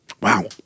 Wow